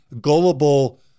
gullible